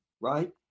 right